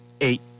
eight